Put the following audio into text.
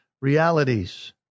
realities